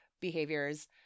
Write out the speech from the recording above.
behaviors